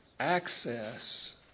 access